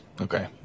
Okay